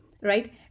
right